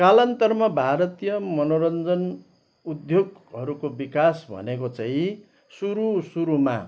कालान्तरमा भारतीय मनोरन्जन उद्योगहरूको विकास भनेको चाहिँ सुरु सुरुमा